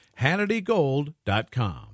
HannityGold.com